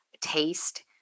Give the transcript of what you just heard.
taste